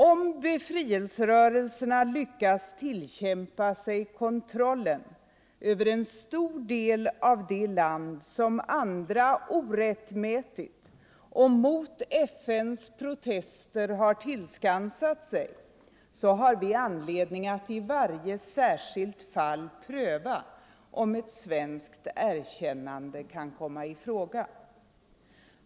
Om befrielserörelserna lyckas tillkämpa sig kontrollen över en stor del av det land som andra orättmätigt och mot FN:s protester tillskansat sig, har vi anledning att i varje särskilt fall pröva om ett svenskt erkännande kan komma i fråga.